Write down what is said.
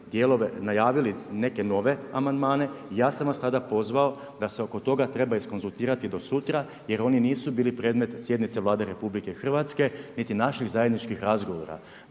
pročitali najavili neke nove amandmane i ja sam vas tada pozvao da se oko toga treba izkonzultirati do sutra jer oni nisu bili predmet sjednice Vlade RH niti naših zajedničkih razgovora.